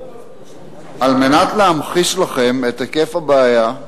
על מנת להמחיש לכם את היקף הבעיה,